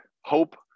hope